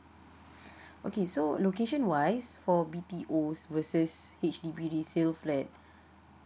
okay so location wise for B_T_Os versus H_D_B resale flat